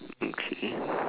okay